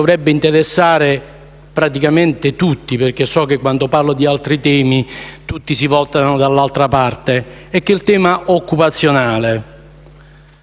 Nonostante sia stato concesso praticamente tutto da questo Governo a FCA (ma non solo a FCA),